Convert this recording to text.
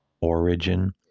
origin